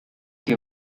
que